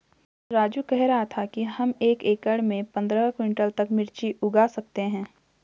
राजू कह रहा था कि हम एक एकड़ में पंद्रह क्विंटल तक मिर्च उगा सकते हैं